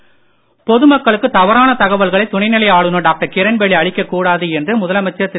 நாராயணசாமி பொதுமக்களுக்கு தவறான தகவல்களை துணைநிலை ஆளுநர் டாக்டர் கிரண்பேடி அளிக்க கூடாது என்று முதலமைச்சர் திரு